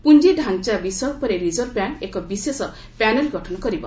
ପୁଞ୍ଜି ଢାଞ୍ଚା ବିଷୟ ଉପରେ ରିଜର୍ଭ ବ୍ୟାଙ୍କ ଏକ ବିଶେଷ ପ୍ୟାନେଲ୍ ଗଠନ କରିବ